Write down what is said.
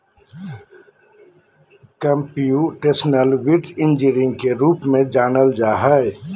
computational वित्त engineering के रूप में जानल जा हइ